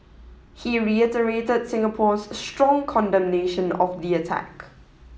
he reiterated Singapore's strong condemnation of the attack